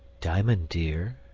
diamond, dear,